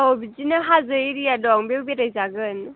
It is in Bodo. औ बिदिनो हाजो एरिया दं बेयाव बेराय जागोन